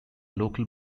local